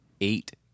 Eight